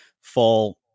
fall